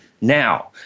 now